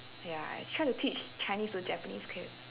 ya I tried to teach chinese to japanese kids